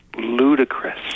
ludicrous